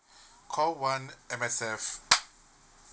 call one M_S_F